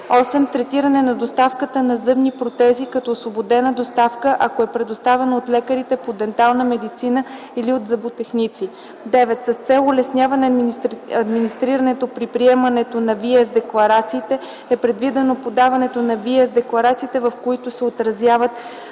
8. Третиране на доставката на зъбни протези като освободена доставка, ако е предоставена от лекарите по дентална медицина или от зъботехници. 9. С цел улесняване администрирането при приемането на VIES декларациите е предвидено подаването на VIES декларациите, в които се отразяват